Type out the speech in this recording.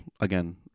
again